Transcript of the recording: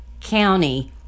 County